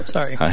Sorry